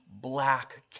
black